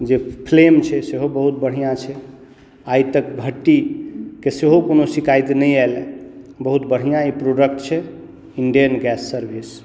जे फ्लेम छै सेहो बहुत बढ़िऑं छै आइ तक भट्ठीके सेहो कोनो शिकायत नहि आयल है बहुत बढ़िऑं ई प्रोडक्ट छै इण्डेन गैस सर्विस